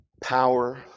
power